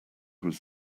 was